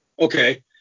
Okay